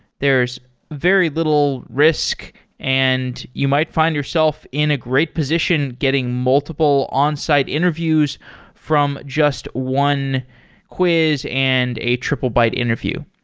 there's very little risk and you might find yourself in a great position getting multiple on-site interviews from just one quiz and a triplebyte interview.